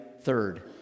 third